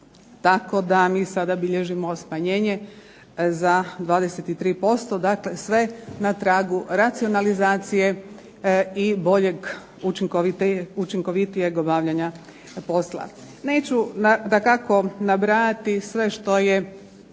tako da mi sada bilježimo smanjenje za 23%, dakle sve na tragu racionalizacije, i boljeg učinkovitijeg obavljanja posla. Neću dakako nabrajati sve što je